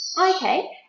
Okay